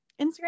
Instagram